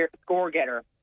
score-getter